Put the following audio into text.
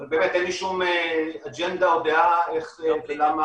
אבל באמת אין לי שום אג'נדה או דעה איך ולמה